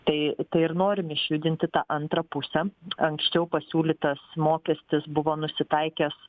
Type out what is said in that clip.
tai tai ir norim išjudinti tą antrą pusę anksčiau pasiūlytas mokestis buvo nusitaikęs